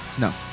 No